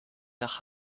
nach